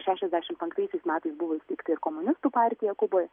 šešiasdešim penktaisiais metais buvo įsteigta ir komunistų partija kuboj